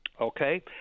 Okay